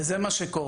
וזה מה שקורה.